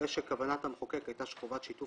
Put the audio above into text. נראה שכוונת המחוקק הייתה שחובת שיתוף